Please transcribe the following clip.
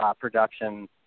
production